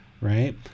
right